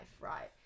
right